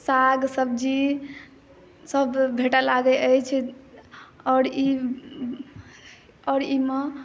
साग सब्जी सब भेटए लगै अछि आओर ई आओर एहिमे